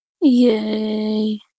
Yay